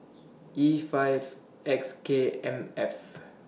E five X K M F